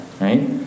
right